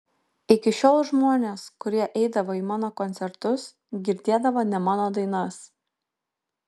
iki šiol žmonės kurie eidavo į mano koncertus girdėdavo ne mano dainas